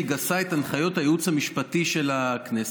גסה את הנחיות הייעוץ המשפטי של הכנסת.